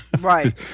Right